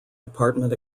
department